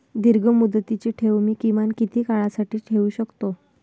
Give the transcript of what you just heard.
दीर्घमुदतीचे ठेव मी किमान किती काळासाठी ठेवू शकतो?